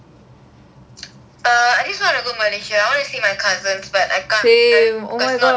err I just want to go malaysia I want to see my cousin but I can't because not of because just because of COVID